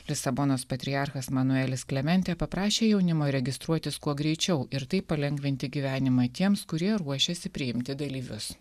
lisabonos patriarchas manuelis klementė paprašė jaunimą registruotis kuo greičiau ir taip palengvinti gyvenimą tiems kurie ruošėsi priimti dalyvius